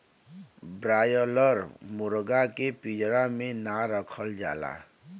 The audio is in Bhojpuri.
ब्रायलर मुरगा के पिजड़ा में ना रखल जाला